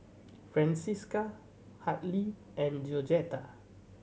Francesca Hartley and Georgetta